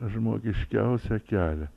žmogiškiausia kelią